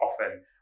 often